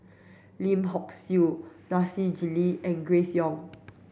Lim Hock Siew Nasir Jalil and Grace Young